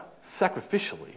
sacrificially